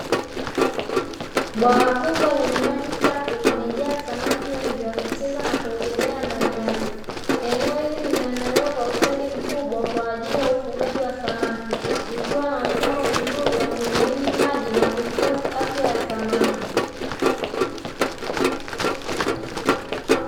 Bwawa kubwa lenye maji safi, limejaa samaki wengi wakicheza na kuogelea ndani yake. Eneo hili limeandaliwa kwa ustadi mkubwa kwa ajili ya ufugaji wa samaki, ikiwa na mfumo mzuri wa kuhimili maji na kuhifadhi afya ya samaki.